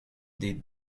des